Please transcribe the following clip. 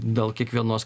dėl kiekvienos